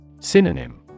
Synonym